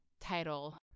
title